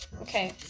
okay